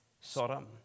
Sodom